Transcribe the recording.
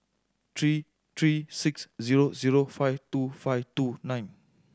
three three six zero zero five two five two nine